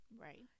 right